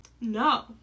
No